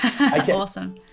Awesome